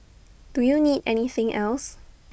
do you need anything else